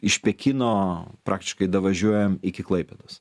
iš pekino praktiškai davažiuojam iki klaipėdos